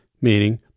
meaning